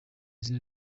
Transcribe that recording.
izina